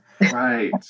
right